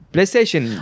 PlayStation